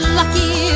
lucky